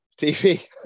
TV